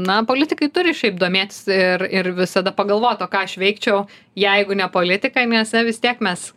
na politikai turi šiaip domėtis ir ir visada pagalvot o ką aš veikčiau jeigu ne politika nes na vis tiek mes